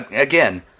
Again